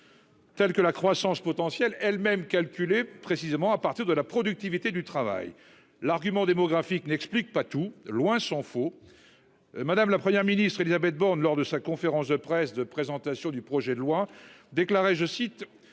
Telle que la croissance potentielle elles-mêmes calculer précisément à partir de la productivité du travail. L'argument démographique n'explique pas tout, loin s'en faut. Madame, la Première ministre Élisabeth Borne lors de sa conférence de presse de présentation du projet de loi déclaré je cite